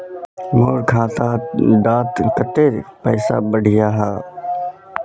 मोर खाता डात कत्ते पैसा बढ़ियाहा?